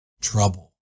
trouble